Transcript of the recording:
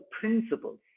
principles